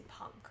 punk